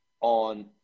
on